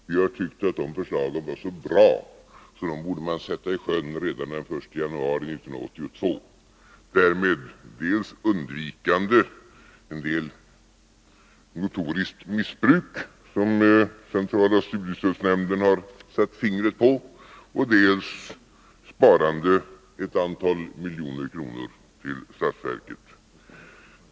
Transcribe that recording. Vi har tyckt att de förslagen var så bra, att de borde sättas i sjön redan den 1 januari 1982, därmed dels undvikande en del notoriskt missbruk som centrala studiestödsnämnden har satt fingret på, dels sparande ett antal miljoner till statsverket.